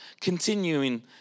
continuing